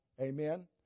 Amen